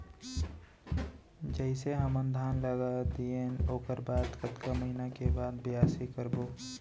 जइसे हमन धान लगा दिएन ओकर बाद कतका महिना के बाद बियासी करबो?